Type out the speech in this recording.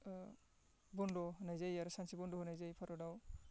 ओ बन्द होनाय जायो आरो सानसे बन्द होनाय जायो भारतआव